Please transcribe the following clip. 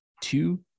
Two